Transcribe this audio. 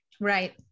Right